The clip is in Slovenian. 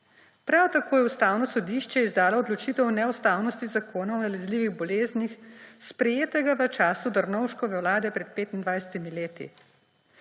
Prav tako je Ustavno sodišče izdalo odločitev o neustavnosti Zakona o nalezljivih boleznih, sprejetega v času Drnovškove vlade pred 25 leti.